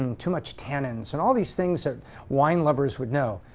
and too much tannins, and all these things that wine lovers would know.